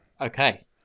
Okay